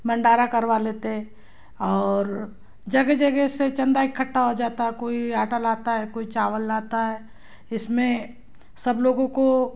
भंडारा करवा लेते हैं और जगह जगह से चंदा इकट्ठा हो जाता है कोई आटा लता है कोई चावल लता है इसमें सब लोगों को